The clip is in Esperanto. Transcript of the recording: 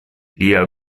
lia